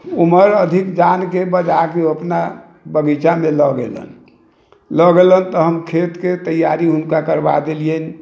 उमर अधिक जानके बजाके अपना बगीचामे लऽ गेलनि लऽ गेलनि तऽ हम खेतके तैयारी हुनकर करबा देलियनि